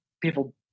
people